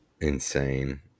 insane